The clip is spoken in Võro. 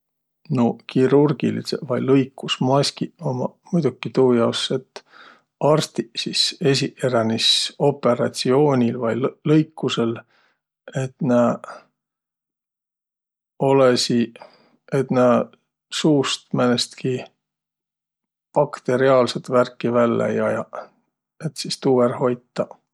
Nuuq kirurgilidsõq vai lõikusmaskiq ummaq muidoki tuujaos, et arstiq, sis esiqeränis opõratsioonil vai lõikusõl, et nä olõsiq, et nä suust määnestki baktõriaalsõt värki väll ei ajaq, et sis tuu ärq hoitaq.